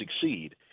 succeed